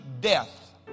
death